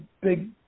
big